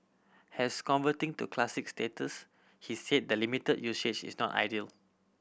has converting to Classic status he said the limited usage is not ideal